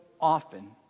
often